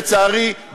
לצערי,